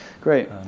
Great